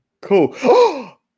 Cool